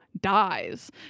dies